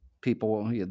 people